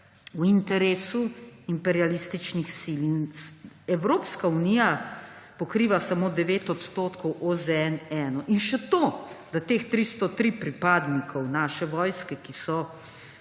v interesu imperialističnih sil. Evropska unija pokriva samo 9 % OZN. In še to, da ti 303 pripadniki naše vojske, ki so,